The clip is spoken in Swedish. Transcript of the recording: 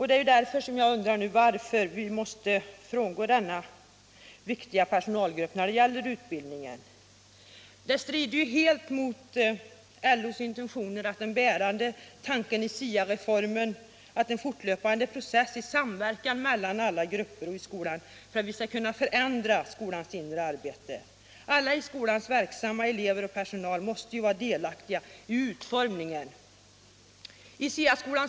Det är därför som jag undrar varför vi måste undanta denna viktiga personalgrupp när det gäller utbildningen. Det strider helt mot LO:s intentioner och mot den bärande tanken i SIA-reformen att i en fortlöpande process i samverkan mellan alla grupper i skolan förändra skolans inre arbete. Alla i skolan verksamma elever och personal måste vara delaktiga i utformningen av skolan som arbetsplats.